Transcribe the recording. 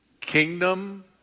kingdom